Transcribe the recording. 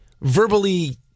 verbally